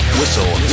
Whistle